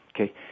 Okay